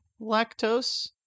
lactose